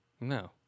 No